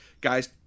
Guys